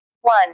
one